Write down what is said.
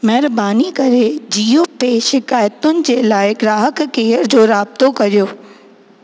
महिरबानी करे जीओ पे शिकायतुनि जे लाइ ग्राहक केयर जो राबतो करियो